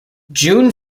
june